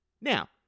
Now